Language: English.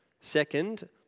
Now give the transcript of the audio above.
Second